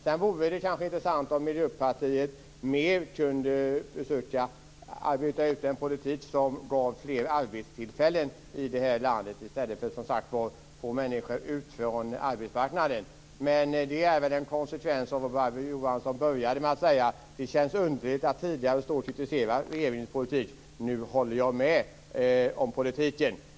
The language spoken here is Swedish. Sedan vore det kanske intressant om Miljöpartiet mer kunde försöka arbeta ut en politik som gav fler arbetstillfällen i det här landet i stället för att som sagt var få människor ut från arbetsmarknaden. Men det är väl en konsekvens av vad Barbro Johansson började med att säga, nämligen att det känns underligt att tidigare stå och kritisera regeringens politik och nu hålla med om den.